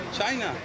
China